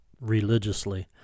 religiously